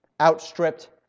outstripped